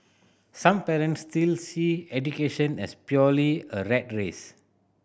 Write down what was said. some parents still see education as purely a rat race